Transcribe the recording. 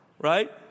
right